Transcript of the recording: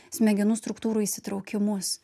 smegenų struktūrų įsitraukimus